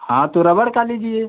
हाँ तो रबड़ का लीजिए